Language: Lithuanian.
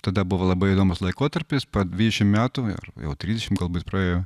tada buvo labai įdomus laikotarpis pa dvidešim metų ir jau trisdešim galbūt praėjo